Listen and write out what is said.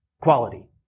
quality